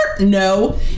no